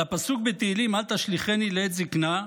על הפסוק בתהילים "אל תשליכני לעת זקנה"